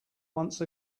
once